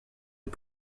les